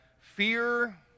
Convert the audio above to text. fear